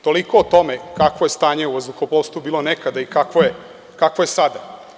Toliko o tome kakvo je stanje u vazduhoplovstvu bilo nekada i kakvo je sada.